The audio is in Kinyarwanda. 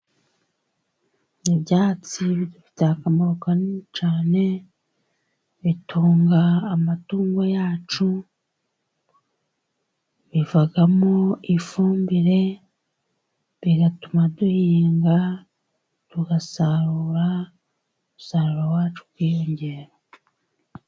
Ibyatsi bidufitiye akamaro kanini cyane, bitunga amatungo yacu, bivamo ifumbire, bigatuma duhinga tugasarura, umusaruro wacu ukiyongera.